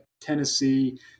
Tennessee